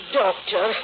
doctor